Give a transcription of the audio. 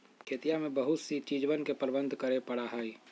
खेतिया में बहुत सी चीजवन के प्रबंधन करे पड़ा हई